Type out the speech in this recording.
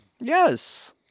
Yes